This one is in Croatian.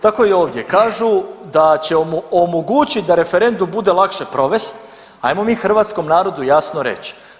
Tako i ovdje, kažu da će omogućit da referendum bude lakše provest, ajmo mi hrvatskom narodu jasno reći.